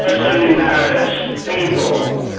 ah some embarrassed people.